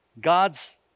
God's